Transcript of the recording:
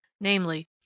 namely